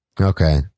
Okay